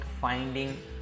finding